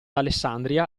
alessandria